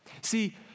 See